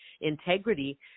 integrity